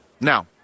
Now